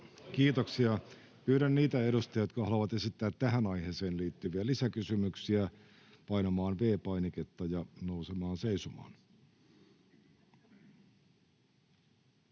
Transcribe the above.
Kiitoksia. — Pyydän niitä edustajia, jotka haluavat esittää tähän aiheeseen liittyviä lisäkysymyksiä, painamaan V-painiketta ja nousemaan seisomaan.